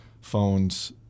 phones